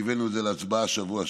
והבאנו את זה להצבעה בשבוע שעבר,